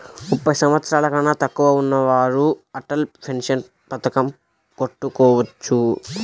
ముప్పై సంవత్సరాలకన్నా తక్కువ ఉన్నవారు అటల్ పెన్షన్ పథకం కట్టుకోవచ్చా?